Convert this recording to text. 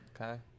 okay